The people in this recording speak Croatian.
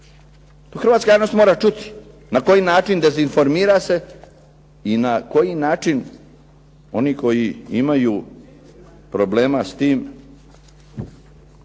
To Hrvatska jednostavno mora čuti, na koji način se dezinformira i na koji način oni koji imaju problema s tim